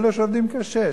אלה שעובדים קשה.